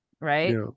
Right